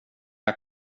jag